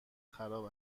خراب